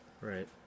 right